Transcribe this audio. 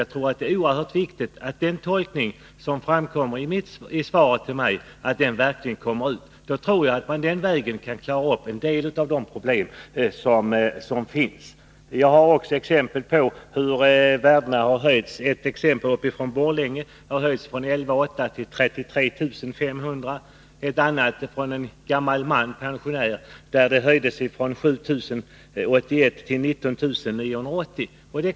Jag anser att det är oerhört viktigt att den tolkning som framkommit i svaret till mig verkligen kommer ut. Då tror jag att vi den vägen kan klara upp en del av de problem som finns. Jag har också exempel på hur värdena har höjts. Ett exempel från Borlänge visar en höjning från 11 800 kr. till 33 500 kr., och för en gammal man som är pensionär har förmånsvärdet höjts från 7 000 kr. till 19 980 kr.